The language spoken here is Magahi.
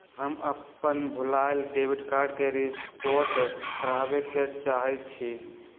हम अपन भूलायल डेबिट कार्ड के रिपोर्ट करावे के चाहई छी